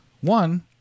one